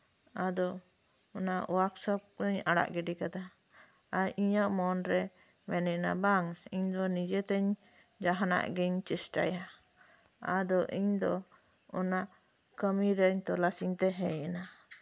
ᱟᱫᱚ ᱚᱱᱟ workshop ᱫᱚᱧ ᱟᱲᱟᱜ ᱜᱤᱰᱤ ᱠᱮᱫᱟ ᱟᱨ ᱤᱧᱟᱹᱜ ᱢᱚᱱᱨᱮ ᱢᱮᱱ ᱠᱮᱫᱟ ᱵᱟᱝ ᱤᱧ ᱫᱚ ᱱᱤᱡᱮᱛᱮᱧ ᱡᱟᱸᱦᱟᱱᱟᱜ ᱜᱤᱧ ᱪᱮᱥᱴᱟᱭᱟ ᱟᱫᱚ ᱤᱧ ᱫᱚ ᱠᱟᱹᱢᱤᱨᱮᱧ ᱛᱚᱞᱟᱥ ᱤᱧ ᱛᱟᱸᱦᱮᱭᱮᱱᱟ